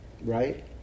right